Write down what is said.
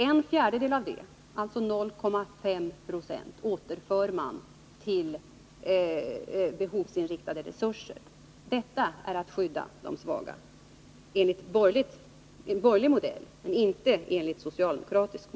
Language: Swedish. En fjärdedel av det, alltså 0,5 20, återför man till behovsinriktade resurser. Detta är att skydda de svaga enligt borgerlig modell men inte enligt socialdemokratisk.